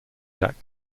jack